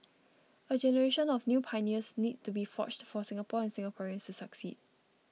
a generation of new pioneers needs to be forged for Singapore and Singaporeans to succeed